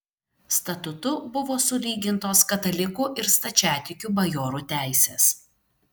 statutu buvo sulygintos katalikų ir stačiatikių bajorų teisės